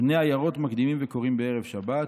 בני עיירות מקדימין וקוראין בערב שבת,